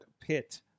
Pit